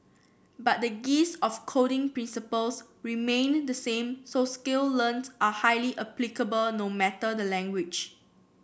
but the gist of coding principles remained the same so skills learnt are highly applicable no matter the language